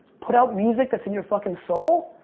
put out music that's in your fucking soul.